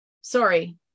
sorry